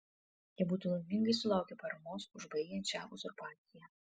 jie būtų laimingi sulaukę paramos užbaigiant šią uzurpaciją